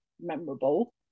memorable